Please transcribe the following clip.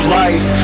life